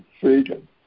freedom